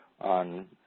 on